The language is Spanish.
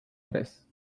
tres